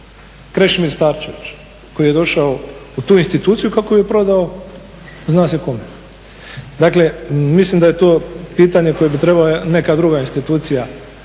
Krešimir Starčević koji je došao u tu instituciju kako bi je prodao zna se kome. Dakle, mislim da je to pitanje koje bi trebala neka druga institucija